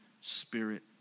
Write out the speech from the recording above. spirit